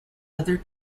other